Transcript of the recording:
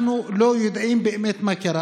אנחנו לא יודעים באמת מה קרה